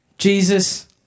Jesus